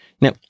Now